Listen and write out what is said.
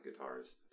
guitarist